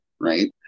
right